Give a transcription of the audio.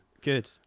Good